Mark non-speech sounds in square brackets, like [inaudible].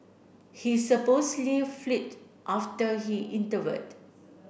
he supposedly [unintelligible] after he intervened